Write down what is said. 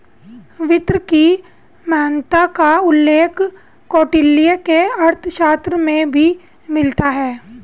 वित्त की महत्ता का उल्लेख कौटिल्य के अर्थशास्त्र में भी मिलता है